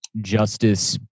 Justice